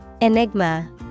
Enigma